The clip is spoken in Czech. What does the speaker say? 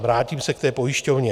Vrátím se k té pojišťovně.